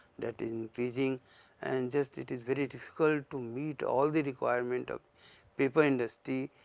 that is increasing and just it is very difficult to meet all the requirement of paper industry